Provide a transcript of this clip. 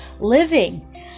living